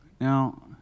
Now